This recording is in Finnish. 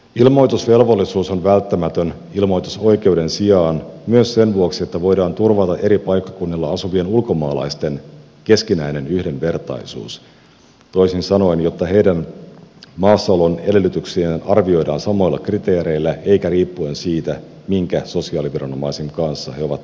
ilmoitusvelvollisuus on välttämätön ilmoitusoikeuden sijaan myös sen vuoksi että voidaan turvata eri paikkakunnilla asuvien ulkomaalaisten keskinäinen yhdenvertaisuus toisin sanoen jotta heidän maassaolon edellytyksiään arvioidaan samoilla kriteereillä eikä riippuen siitä minkä sosiaaliviranomaisen kanssa he ovat tekemisissä